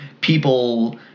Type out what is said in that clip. people